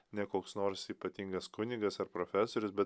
ne koks nors ypatingas kunigas ar profesorius be